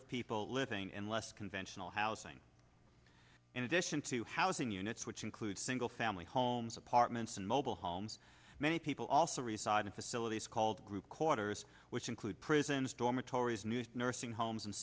of people living in less conventional housing in addition to housing units which include single family homes apartments and mobile homes many people also resigned in facilities called group quarters which include prisons dormitories news nursing homes and